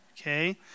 okay